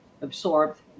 absorbed